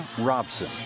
Robson